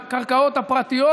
בקרקעות הפרטיות,